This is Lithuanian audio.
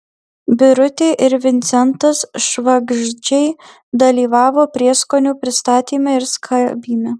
birutė ir vincentas švagždžiai dalyvavo prieskonių pristatyme ir skabyme